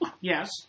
Yes